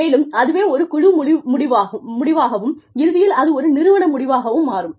மேலும் அதுவே ஒரு குழு முடிவாகவும் இறுதியில் அது ஒரு நிறுவன முடிவாகவும் மாறும்